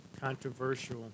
Controversial